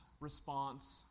response